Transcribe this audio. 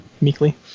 meekly